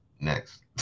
Next